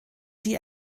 die